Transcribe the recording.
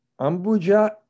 Ambuja